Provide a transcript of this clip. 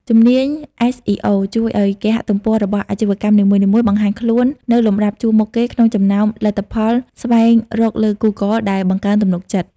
ជំនាញ SEO ជួយឱ្យគេហទំព័ររបស់អាជីវកម្មនីមួយៗបង្ហាញខ្លួននៅលំដាប់ជួរមុខគេក្នុងចំណោមលទ្ធផលស្វែងរកលើ Google ដែលបង្កើនទំនុកចិត្ត។